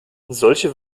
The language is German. solche